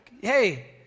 hey